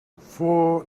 for